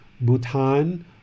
Bhutan